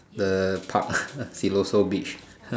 the park Siloso Beach